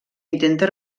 intenta